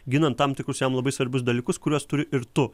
ginant tam tikrus jam labai svarbius dalykus kuriuos turi ir tu